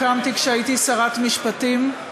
הקמתי כשהייתי שרת משפטים,